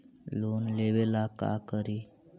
Loan लेबे ला का करि?